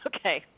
Okay